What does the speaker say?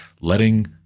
letting